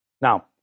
Now